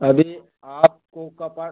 अभी आपको का पास